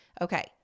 Okay